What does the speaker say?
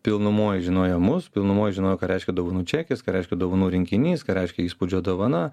pilnumoj žinojo mus pilnumoj žinojo ką reiškia dovanų čekis ką reiškia dovanų rinkinys ką reiškia įspūdžio dovana